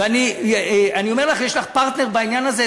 ואני אומר לך: יש לך פרטנר בעניין הזה,